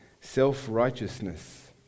Self-righteousness